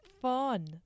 Fun